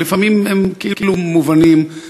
ולפעמים הם כאילו מובנים,